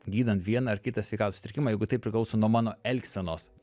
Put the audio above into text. gydant vieną ar kitą sveikatos sutrikimą jeigu tai priklauso nuo mano elgsenos